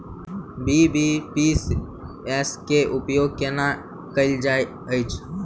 BBPS केँ उपयोग केना कएल जाइत अछि?